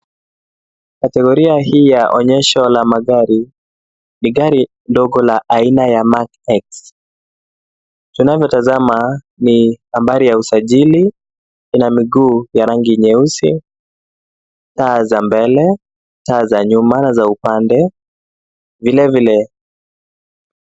Kategoria hii ya onyesho la magari. Ni gari ndogo la aina ya Mac X. Tunavyotazama ni nambari ya usajili. Ina miguu ya rangi nyeusi, taa za mbele, taa za nyuma, na za upande vile vile.